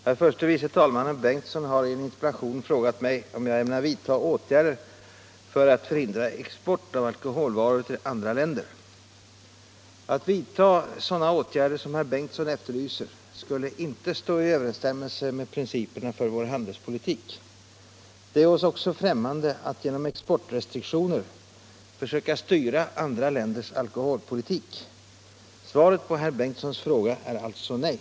Herr talman! Herr förste vice talmannen Bengtson har i en interpellation frågat mig om jag ämnar vidta åtgärder för att förhindra export av alkoholvaror till andra länder. Att vidta sådana åtgärder som herr Bengtson efterlyser skulle inte stå i överensstämmelse med principerna för vår handelspolitik. Det är oss också främmande att genom exportrestriktioner försöka styra andra länders alkoholpolitik. Svaret på herr Bengtsons fråga är alltså nej.